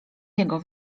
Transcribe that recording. jego